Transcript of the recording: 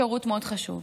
שירות מאוד חשוב.